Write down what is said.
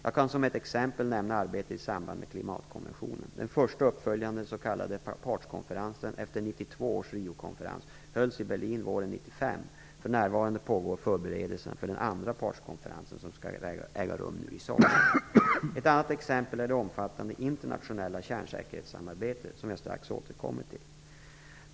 Jag kan som ett exempel nämna arbetet i samband med klimatkonventionen. Den första uppföljande s.k. partskonferensen efter 1992 års Riokonferens hölls i Berlin våren 1995. För närvarande pågår förberedelser för den andra partskonferensen som skall äga rum nu under sommaren 1996. Ett annat exempel är det omfattande internationella kärnsäkerhetssamarbetet, som jag strax återkommer till.